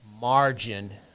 margin